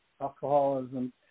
alcoholism